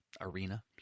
arena